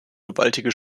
gewaltige